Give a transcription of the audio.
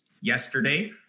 yesterday